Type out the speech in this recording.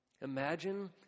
Imagine